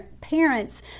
parents